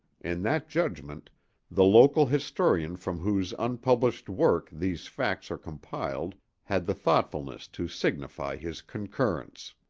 in that judgment the local historian from whose unpublished work these facts are compiled had the thoughtfulness to signify his concurrence.